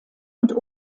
und